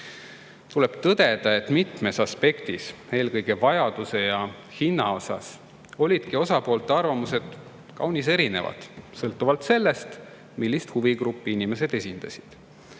Tuleb tõdeda, et mitmes aspektis, eelkõige vajaduse ja hinna kohta, olid osapoolte arvamused kaunis erinevad sõltuvalt sellest, millist huvigruppi inimesed esindasid.